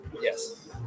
Yes